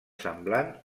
semblant